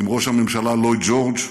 עם ראש הממשלה לויד ג'ורג',